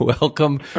welcome